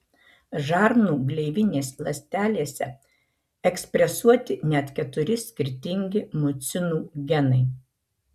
žarnų gleivinės ląstelėse ekspresuoti net keturi skirtingi mucinų genai